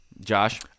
Josh